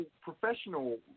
professional